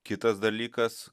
kitas dalykas